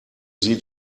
sie